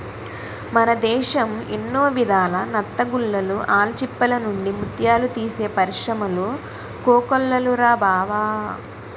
మన దేశం ఎన్నో విధాల నత్తగుల్లలు, ఆల్చిప్పల నుండి ముత్యాలు తీసే పరిశ్రములు కోకొల్లలురా బావా